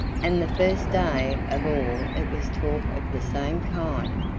and the first day of all it was talk of the same kind.